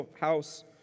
house